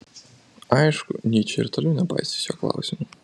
aišku nyčė ir toliau nepaisys jo klausimų